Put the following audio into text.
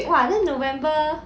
!wah! then november